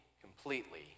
completely